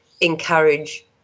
encourage